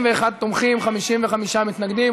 41 תומכים, 55 מתנגדים.